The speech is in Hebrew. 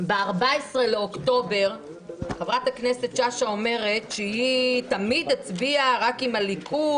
ב-14 באוקטובר חברת הכנסת שאשא אומרת שהיא תמיד הצביעה רק עם הליכוד,